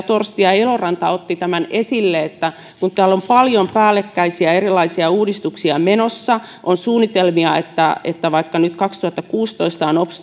torsti ja eloranta ottivat tämän esille kun täällä on paljon erilaisia päällekkäisiä uudistuksia menossa on suunnitelmia että että vaikka nyt kaksituhattakuusitoista on ops